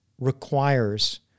requires